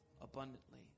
abundantly